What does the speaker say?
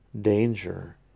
danger